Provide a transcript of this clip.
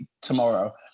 tomorrow